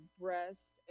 breasts